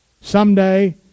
Someday